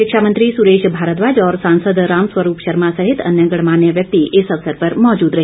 शिक्षा मंत्री सुरेश भारद्वाज और सांसद राम स्वरूप शर्मा सहित अन्य गणमान्य व्यक्ति इस अवसर पर मौजूद रहे